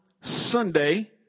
Sunday